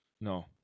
no